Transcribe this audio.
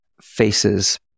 faces